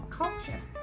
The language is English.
culture